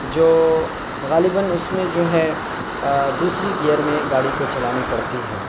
جو غالباً اس میں جو ہے دوسری گیئر میں گاڑی کو چلانی پڑتی ہے